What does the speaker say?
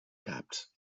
caps